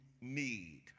need